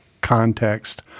context